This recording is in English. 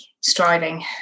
striving